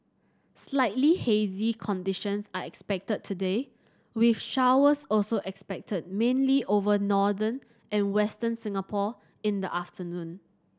slightly hazy conditions are expected today with showers also expected mainly over northern and Western Singapore in the afternoon